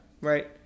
right